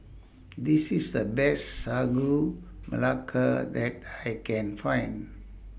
This IS The Best Sagu Melaka that I Can Find